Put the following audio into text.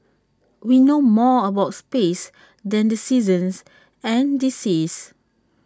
we know more about space than the seasons and the seas